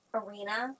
arena